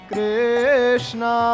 Krishna